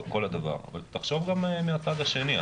תחשוב גם מהצד השני.